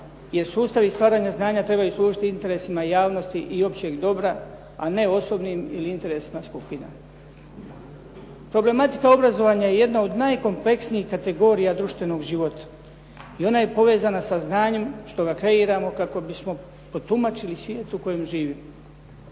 jer sustavi stvaranja znanja trebaju služiti interesima javnosti i općeg dobra a ne osobnim ili interesima skupina. Problematika obrazovanja je jedna od najkompleksnijih kategorija društvenog života. I ona je poveza sa znanjem što ga kreiramo kako bismo …/Govornik se ne razumije./… svijetu u kojem živimo.